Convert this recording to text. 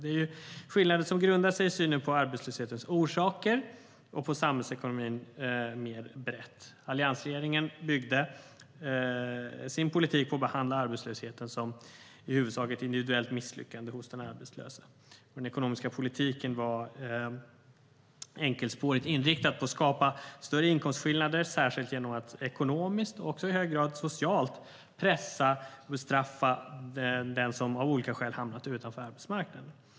Det är skillnader som grundar sig i synen på orsakerna till arbetslösheten och på samhällsekonomin. Alliansregeringens politik byggde på att behandla arbetslösheten som i huvudsak ett individuellt misslyckande hos den arbetslöse. Den ekonomiska politiken var enkelspårigt inriktad på att skapa större inkomstskillnader särskilt genom att, ekonomiskt och i hög grad socialt, pressa och bestraffa den som av olika skäl hamnat utanför arbetsmarknaden.